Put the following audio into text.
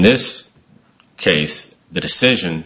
this case the decision